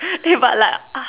eh but like uh